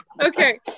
okay